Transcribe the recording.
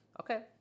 Okay